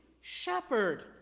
shepherd